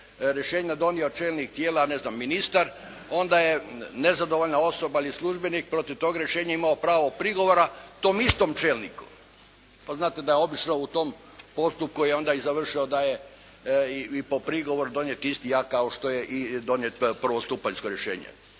rješenje donio čelnik tijela, ne znam ministar, onda je nezadovoljna osoba ili službenik protiv tog rješenja imao pravo prigovora tom istom čelniku. Al' znate da obično u tom postupku je onda i završio da je i po prigovoru donijet isti akt kao što je i donijeto prvostupanjsko rješenje.